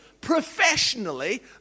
professionally